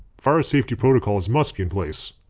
fire safety protocols must be in place.